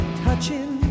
touching